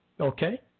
Okay